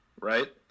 right